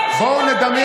שיקרתם.